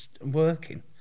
working